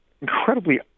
incredibly